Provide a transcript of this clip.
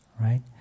right